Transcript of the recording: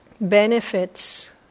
Benefits